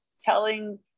telling